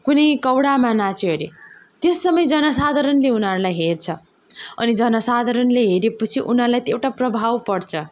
कुनै कौडामा नाच्यो अरे त्यस समय जनसाधारणले उनीहरूलाई हेर्छ अनि जनसाधारणले हेरे पछि उनीहरूले एउटा प्रभाव पर्छ